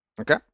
Okay